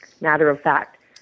matter-of-fact